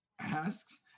Asks